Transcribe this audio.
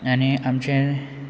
आनी आमचें